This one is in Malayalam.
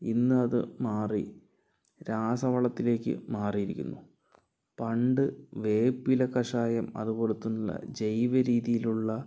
ഇന്നത് മാറി രാസവളത്തിലേക്ക് മാറിയിരിക്കുന്നു പണ്ട് വേപ്പിലക്കഷായം അതുപോലതന്നെ ജൈവ രീതിയിലുള്ള